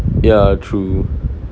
ya true